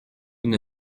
nous